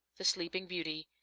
the sleeping beauty,